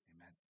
amen